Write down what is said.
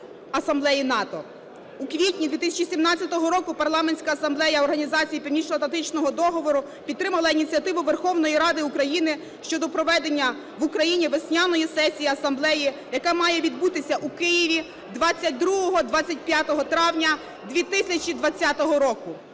асамблеї НАТО. У квітні 2017 року Парламентська асамблея Організації Північноатлантичного договору підтримала ініціативу Верховної Ради України щодо проведення в Україні весняної сесії асамблеї, яка має відбутися у Києві 22-25 травня 2020 року.